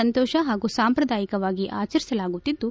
ಸಂತೋಷ ಹಾಗೂ ಸಾಂಪ್ರದಾಯಿಕವಾಗಿ ಆಚರಿಸಲಾಗುತ್ತಿದ್ದು